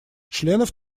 членов